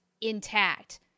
intact